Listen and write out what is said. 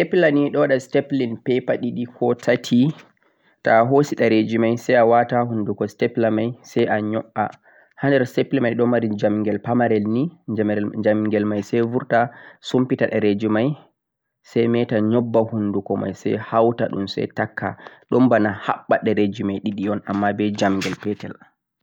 sitepila nei don wada sitepli paper didi ko tati toh a hoosi dareji mei sai waata hunduko sitepila mei sai yoky a hander sitepila ni don mari jamgel pamarel nei jamgel mei sai burta sumfita dareji mei sai metan nyabban hunduko mei sai hauta dhum sai takka don bana habba dareji mei didi amma be jamgel